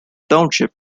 township